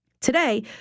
Today